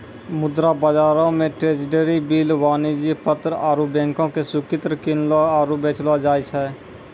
मुद्रा बजारो मे ट्रेजरी बिल, वाणिज्यक पत्र आरु बैंको के स्वीकृति किनलो आरु बेचलो जाय छै